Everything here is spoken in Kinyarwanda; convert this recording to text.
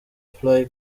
fly